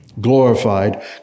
glorified